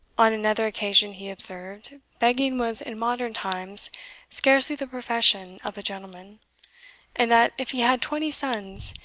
on another occasion he observed, begging was in modern times scarcely the profession of a gentleman and that, if he had twenty sons,